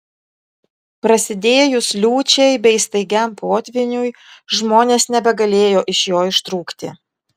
prasidėjus liūčiai bei staigiam potvyniui žmonės nebegalėjo iš jo ištrūkti